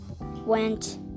went